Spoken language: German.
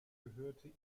gehörte